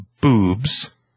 boobs